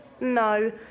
No